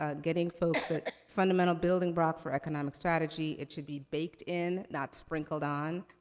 ah getting folks that fundamental building block for economic strategy, it should be baked in, not sprinkled on.